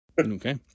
Okay